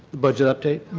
budget update?